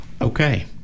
Okay